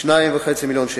כ-2.5 מיליוני שקל,